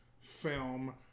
film